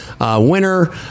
winner